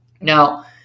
Now